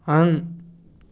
on